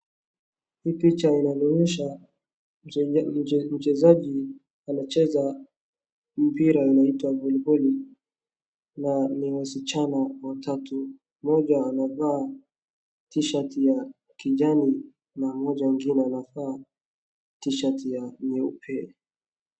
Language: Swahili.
Hii picha inanionyesha mchezaji anacheza mpira inaitwa voli boli na ni wasichana watu. Mmoja amevaa t-shirt ya kijani na mmoja mwingine amevaa t-shirt nyeupe.